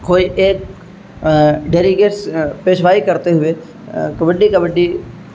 کوئی ایک ڈیلیگیٹس پریشوائی کرتے ہوئے کبڈی کبڈی